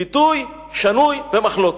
ביטוי שנוי במחלוקת.